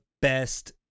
best